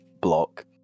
block